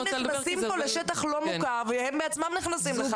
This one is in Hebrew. הורים נכנסים פה לשטח לא מוכר והם בעצמם נכנסים לחרדה.